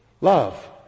love